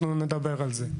אנחנו נדבר על זה.